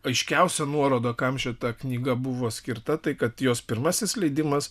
aiškiausia nuoroda kam šita knyga buvo skirta tai kad jos pirmasis leidimas